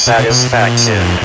Satisfaction